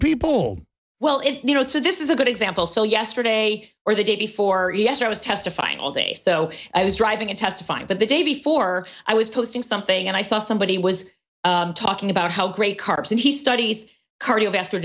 people well if you know so this is a good example so yesterday or the day before yes i was testifying all day so i was driving a test fine but the day before i was posting something and i saw somebody was talking about how great cars and he studies cardiovascular